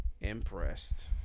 impressed